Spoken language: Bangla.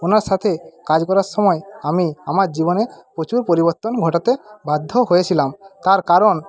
ওনার সাথে কাজ করার সময় আমি আমার জীবনে প্রচুর পরিবর্তন ঘটাতে বাধ্য হয়েছিলাম তার কারণ